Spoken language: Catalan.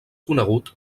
conegut